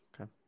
Okay